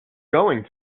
going